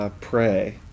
pray